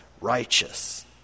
righteous